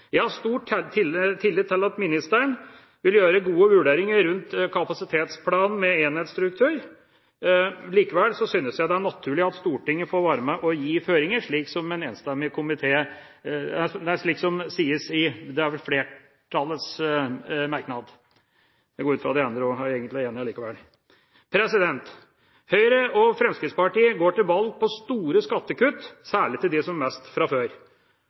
tillit til at ministeren vil gjøre gode vurderinger rundt kapasitetsplanen med enhetsstruktur. Likevel synes jeg det er naturlig at Stortinget får være med på å gi føringer, slik det vel sies i flertallets merknad – jeg går ut fra at de andre egentlig er enig. Høyre og Fremskrittspartiet går til valg på store skattekutt, særlig til dem som har mest fra før.